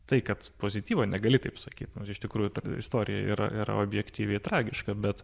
tai kad pozityvo negali taip sakyt nors iš tikrųjų ta istorija yra ir objektyviai tragiška bet